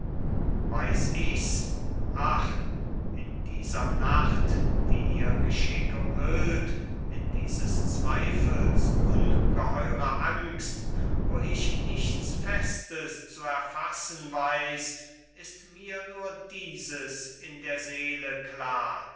weiß ich's ach in dieser nacht die ihr geschick umhüllt in dieses zweifels ungeheurer angst wo ich nichts festes zu erfassen weiß ist mir nur dieses in der seele klar